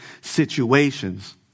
situations